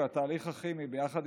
והתהליך הכימי ביחד,